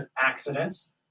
accidents